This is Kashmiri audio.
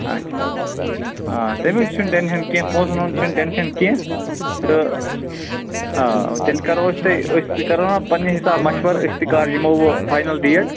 آچھا آ تٔمیٛک چھُنہٕ ٹیٚنشن کیٚنٛہہ پۄنسن ہنٛد چھُنہٕ ٹیٚنشن کیٚنٛہہ تہٕ آ تیٚلہِ کٔرو أسۍ تۄہہِ أسۍ تہِ کٔرو نا پننہِ حسابہٕ مشورٕ أسۍ تہِ کَر یِمو وۄنۍ فاینل ڈیٹ